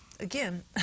Again